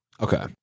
Okay